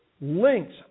links